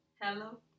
Hello